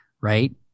right